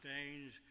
stains